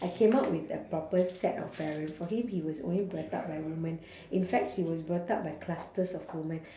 I came up with a proper set of parent for him he was only brought up by woman in fact he was brought up by clusters of woman